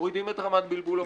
מורידים את רמת בלבול המוח.